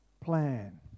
plan